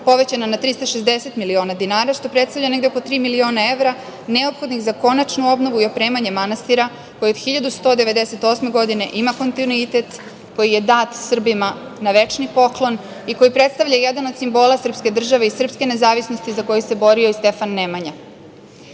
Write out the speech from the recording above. povećana na 360 miliona dinara, što predstavlja negde oko tri miliona evra neophodnih za konačnu obnovu i opremanje manastira koji od 1198. godine ima kontinuitet, koji je dat Srbima na večni poklon i koji predstavlja jedan od simbola srpske države i srpske nezavisnosti za koju se borio i Stefan Nemanja. Dalje,